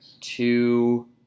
two